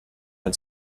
and